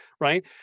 right